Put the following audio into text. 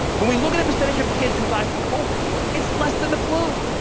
when we look at the percentage of kids who die from covid, it's less than the flu.